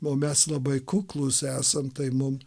o mes labai kuklūs esam tai mum